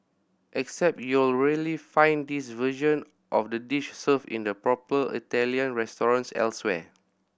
except you'll rarely find this version of the dish served in the proper Italian restaurant elsewhere